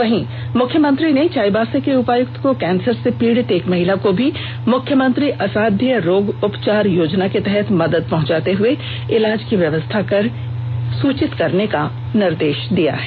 वहीं मुख्यमंत्री ने चाईबासा के उपायुक्त को कैंसर से पीड़ित महिला को भी मुख्यमंत्री असाध्य रोग उपचार योजना के तहत मदद पहुंचाते हए इलाज की व्यवस्था कर सूचित करने का निदेश दिया है